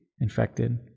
infected